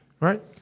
right